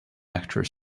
actors